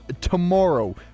tomorrow